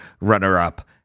runner-up